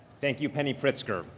thank you, penny pritzker,